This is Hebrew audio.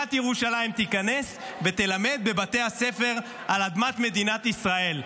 ועיריית ירושלים תיכנס ותלמד בבתי הספר על אדמת מדינת ישראל.